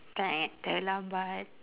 terlambat